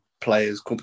players